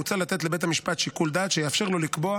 מוצע לתת לבית המשפט שיקול דעת שיאפשר לקבוע,